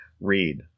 read